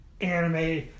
anime